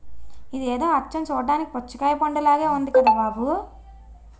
ఇదేదో అచ్చం చూడ్డానికి పుచ్చకాయ పండులాగే ఉంది కదా బాబూ